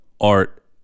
art